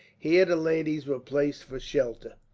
here the ladies were placed, for shelter.